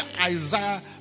Isaiah